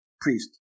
priest